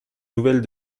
nouvelle